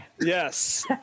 Yes